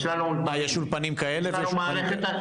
יש אולפנים כאלה ויש אולפנים כאלה.